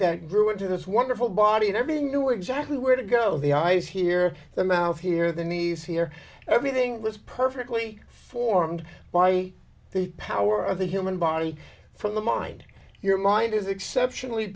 grew into this wonderful body and everyone knew exactly where to go the ice here the mouth here the knees here everything was perfectly formed by the power of the human body from the mind your mind is exceptionally